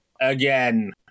Again